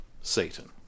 Satan